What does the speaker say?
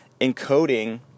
encoding